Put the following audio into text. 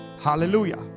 Hallelujah